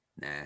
Nah